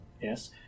yes